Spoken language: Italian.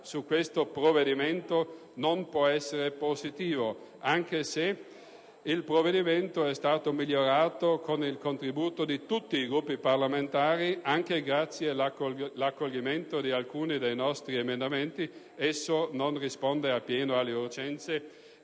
su questo provvedimento non può essere positivo: anche se esso è stato migliorato con il contributo di tutti i Gruppi parlamentari, anche grazie all'accoglimento di alcuni dei nostri emendamenti, esso non risponde appieno alle urgenze